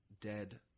dead